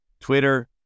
Twitter